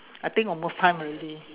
I think almost time already